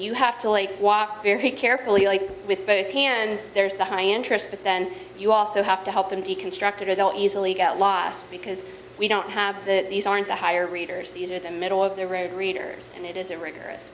you have to walk very carefully with both hands there's the high interest but then you also have to help them deconstruct it or they don't easily get lost because we don't have the these aren't the higher readers these are the middle of the road readers and it is a rigorous